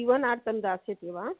सीवनार्थं दास्यति वा